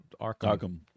Arkham